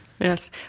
yes